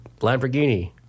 Lamborghini